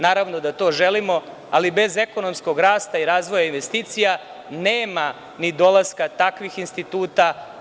Naravno da to želimo, ali bez ekonomskog rasta i razvoja investicija nema ni dolaska takvih instituta.